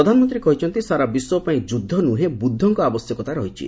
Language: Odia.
ପ୍ରଧାନମନ୍ତ୍ରୀ କହିଛନ୍ତି ସାରା ବିଶ୍ୱପାଇଁ ଯୁଦ୍ଧ ନୁହେଁ ବୁଦ୍ଧଙ୍କ ଆବଶ୍ୟକତା ରହିଛି